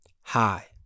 hi